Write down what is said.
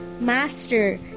master